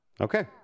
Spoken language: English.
Okay